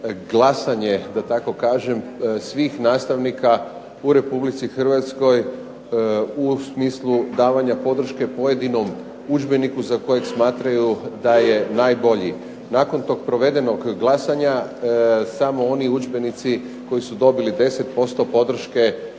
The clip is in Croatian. glasanje da tako kažem, svih nastavnika u Republici Hrvatskoj u smislu davanja podrške pojedinom udžbeniku za kojeg smatraju da je najbolji. Nakon tog provedenog glasovanja, samo oni udžbenici koji su dobili 10% podrške